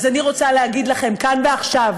אז אני רוצה להגיד לכם כאן ועכשיו,